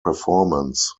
performance